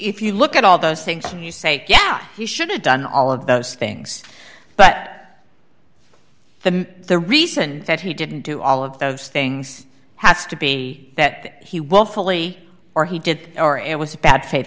if you look at all those things and you say yeah he should have done all of those things but the the reason that he didn't do all of those things has to be that he will fully or he did or it was a bad fa